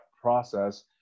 process